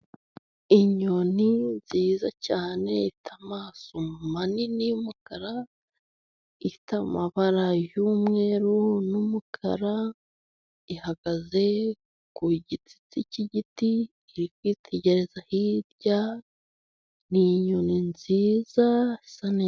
Inyoni nziza cyane ifite amaso manini y'umukara, ifite amabara y'umweru n'umukara, ihagaze ku gitsinsi cy'igiti, iri kwitegereza hirya, ni iyoni nziza isa neza.